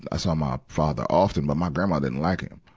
i saw my father often. but my grandma didn't like him.